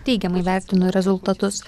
teigiamai vertinu rezultatus